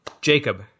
Jacob